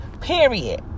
period